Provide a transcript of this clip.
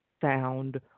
sound